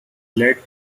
led